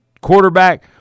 quarterback